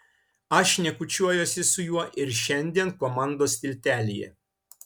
aš šnekučiuojuosi su juo ir šiandien komandos tiltelyje